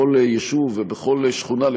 בכל יישוב ובכל שכונה,